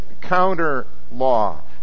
counter-law